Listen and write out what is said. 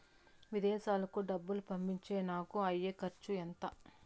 విదేశాలకు డబ్బులు పంపేకి నాకు అయ్యే ఖర్చు ఎంత?